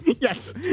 Yes